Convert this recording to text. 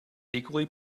equally